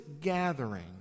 gathering